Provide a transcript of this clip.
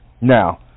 Now